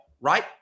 right